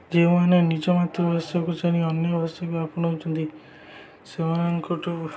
ଯେଉଁମାନେ ନିଜ ମାତୃଭାଷାକୁ ଜାଣି ଅନ୍ୟ ଭାଷାକୁ ଆପଣାଉଛନ୍ତି ସେମାନଙ୍କଠୁ